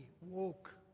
woke